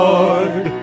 Lord